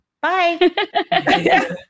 bye